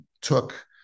took